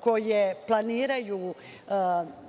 koje planiraju